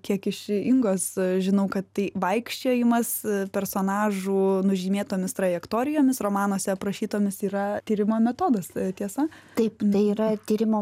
kiek iš ingos žinau kad tai vaikščiojimas personažų nužymėtomis trajektorijomis romanuose aprašytomis yra tyrimo metodas tiesa taip tai yra tyrimo